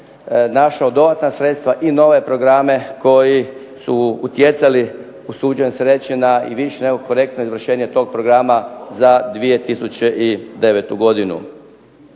našao dodatna sredstva i nove programe koji su utjecali usuđujem se reći na i više nego korektno izvršenje tog programa za 2009. godinu.